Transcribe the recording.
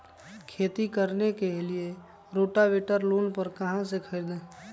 खेती करने के लिए रोटावेटर लोन पर कहाँ से खरीदे?